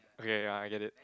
okay I I get it